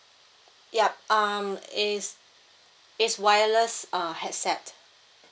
yup um it's it's wireless err headset